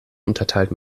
unterteilt